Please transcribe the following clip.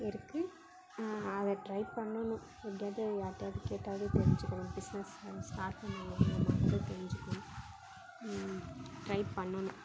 இருக்குது அதை ட்ரை பண்ணணும் எப்டியாவது யார்ட்டயாது கேட்டாவது தெரிஞ்சுக்கணும் பிஸ்னஸை ஸ்டார்ட் பண்ணணும் தெரிஞ்சுக்கணும் ட்ரை பண்ணணும்